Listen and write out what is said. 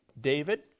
David